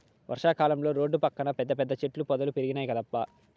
వర్షా కాలంలో రోడ్ల పక్కన పెద్ద పెద్ద చెట్ల పొదలు పెరిగినాయ్ కదబ్బా